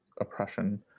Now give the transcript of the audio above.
oppression